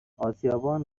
آسیابان